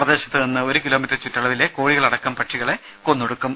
പ്രദേശത്തിന് ഒരു കിലോമീറ്റർ ചുറ്റളവിലെ കോഴികളടക്കം പക്ഷികളെ കൊന്നൊടുക്കും